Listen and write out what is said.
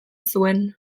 zuen